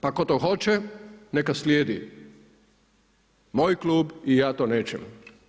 Pa tko to hoće neka slijedi, moj klub i ja to nećemo.